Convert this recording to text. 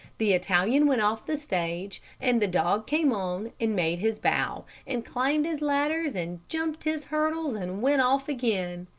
the italian went off the stage, and the dog came on and made his bow, and climbed his ladders, and jumped his hurdles, and went off again.